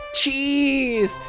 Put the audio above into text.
cheese